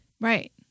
Right